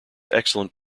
excellent